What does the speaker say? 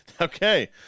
Okay